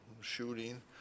shooting